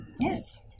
Yes